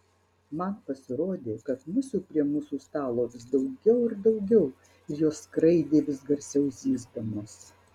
man pasirodė kad musių prie mūsų stalo vis daugiau ir daugiau ir jos skraidė vis garsiau zyzdamos